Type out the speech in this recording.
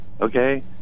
Okay